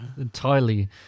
entirely